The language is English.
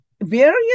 various